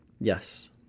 Yes